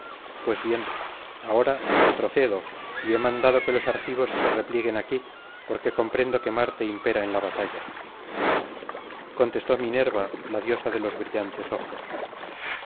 pues bien ahora retrocedo y he mandado que los argivos se replieguen aquí porque comprendo que marte impera en la batalla contestó minerva la diosa de los brillantes ojos